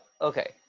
okay